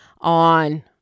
on